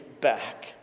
back